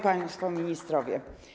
Państwo Ministrowie!